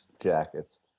jackets